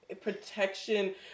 protection